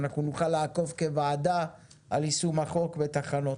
אנחנו נוכל לעקוב כוועדה על יישום החוק בתחנות.